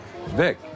Vic